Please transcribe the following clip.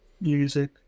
music